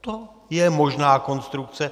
To je možná konstrukce.